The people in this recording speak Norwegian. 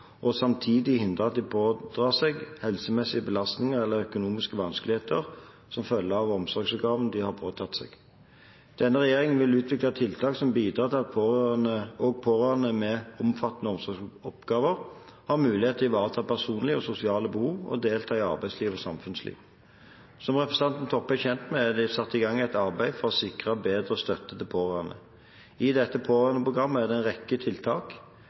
og samtidig hindre at de pådrar seg helsemessige belastninger eller økonomiske vanskeligheter som følge av omsorgsoppgavene de har påtatt seg. Denne regjeringen vil utvikle tiltak som bidrar til at også pårørende med omfattende omsorgsoppgaver har mulighet til å ivareta personlige og sosiale behov og til å delta i arbeidsliv og samfunnsliv. Som representanten Toppe er kjent med, er det satt i gang et arbeid for å sikre bedre støtte til pårørende. I dette pårørendeprogrammet er det en rekke tiltak